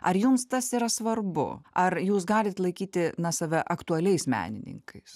ar jums tas yra svarbu ar jūs galit laikyti na save aktualiais menininkais